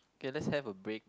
K let's have a break